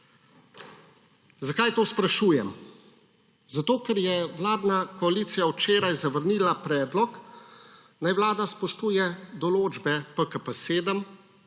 Zakaj to sprašujem? Zato ker je vladna koalicija včeraj zavrnila predlog, naj vlada spoštuje določbe PKP-7